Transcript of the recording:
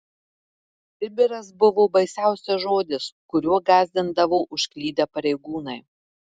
sibiras buvo baisiausias žodis kuriuo gąsdindavo užklydę pareigūnai